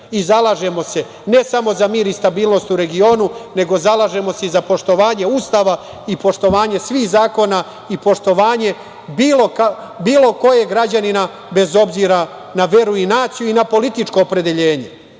Zalažemo se ne samo za mir i stabilnost u regionu, nego se zalažemo i za poštovanje Ustava i poštovanje svih zakona i poštovanje bilo kojeg građanina bez obzira na veru i naciju i na političko opredeljenje. Mi